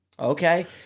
Okay